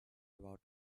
about